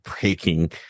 breaking